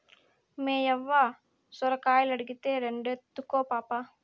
మేయవ్వ సొరకాయలడిగే, రెండెత్తుకో పాపా